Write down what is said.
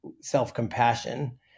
self-compassion